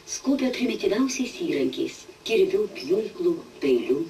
skobia primityviausiais įrankiais kirviu pjūklu peiliu